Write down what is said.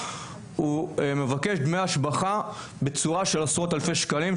הוא מבקש דמי השבחה בצורה של עשרות אלפי שקלים.